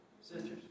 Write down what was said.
sisters